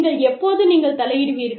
நீங்கள் எப்போது நீங்கள் தலையிடுவீர்கள்